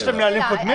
יש להם נהלים קודמים?